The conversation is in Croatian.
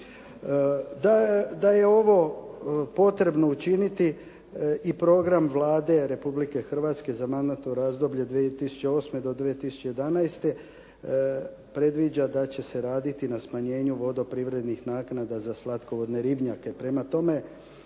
Da je ovo potrebno učiniti i program Vlade Republike Hrvatske za mandatno razdoblje 2008. do 2011. predviđa da će se raditi na smanjenju vodoprivrednih naknada za slatkovodne ribnjake. Prema tome,